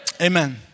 Amen